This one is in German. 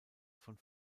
von